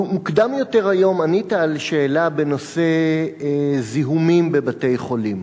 מוקדם יותר היום ענית על שאלה בנושא זיהומים בבתי-חולים.